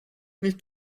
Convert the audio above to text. nicht